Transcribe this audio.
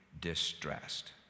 distressed